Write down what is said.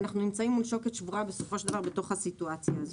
אנחנו נמצאים מול שוקת שבורה בסופו של דבר בסיטואציה הזו.